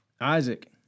Isaac